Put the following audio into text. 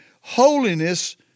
holiness